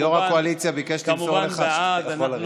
יו"ר הקואליציה ביקש למסור לך שאתה יכול לרדת.